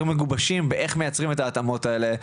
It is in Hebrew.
מגובשים על איך מייצרים את ההתאמות האלה,